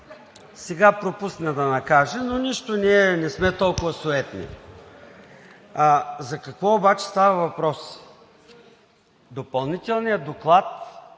Сега пропусна да ни каже, но нищо – ние не сме толкова суетни. За какво обаче става въпрос?! Допълнителният доклад